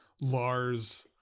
lars